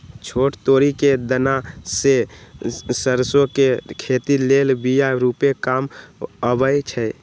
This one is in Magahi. छोट तोरि कें दना से सरसो के खेती लेल बिया रूपे काम अबइ छै